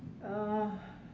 uh